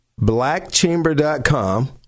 Blackchamber.com